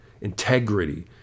integrity